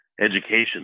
education